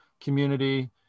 community